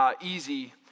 Easy